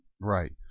Right